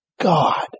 God